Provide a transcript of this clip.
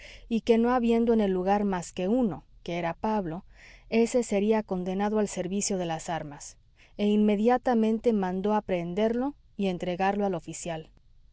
y que no habiendo en el lugar más que uno que era pablo ése sería condenado al servicio de las armas e inmediatamente mandó aprehenderlo y entregarlo al oficial